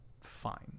fine